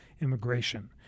immigration